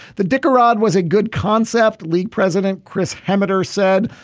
the dick a-rod was a good concept league president chris hamilton said.